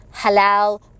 halal